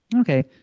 Okay